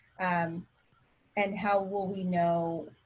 um and how will we know,